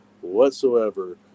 whatsoever